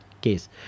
case